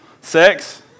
Sex